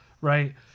right